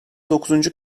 dokuzuncu